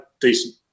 decent